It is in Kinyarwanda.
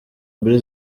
mbili